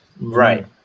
right